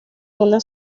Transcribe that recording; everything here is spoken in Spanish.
una